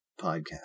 podcast